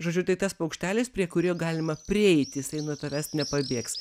žodžiu tai tas paukštelis prie kurio galima prieiti jisai nuo tavęs nepabėgs